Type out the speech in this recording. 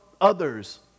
others